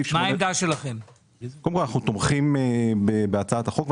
אנחנו תומכים בהצעת החוק,